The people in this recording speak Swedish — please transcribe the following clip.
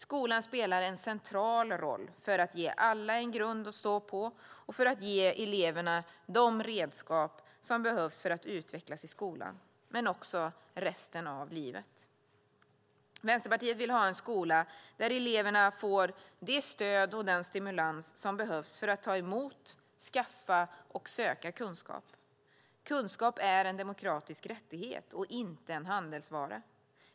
Skolan spelar en central roll för att ge alla en grund att stå på och för att ge eleverna de redskap som behövs för att utvecklas i skolan, men också resten av livet. Vänsterpartiet vill ha en skola där eleverna får det stöd och den stimulans som behövs för att ta emot, skaffa och söka kunskap. Kunskap är en demokratisk rättighet, inte en handelsvara.